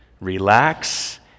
Relax